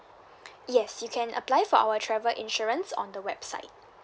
yes you can apply for our travel insurance on the website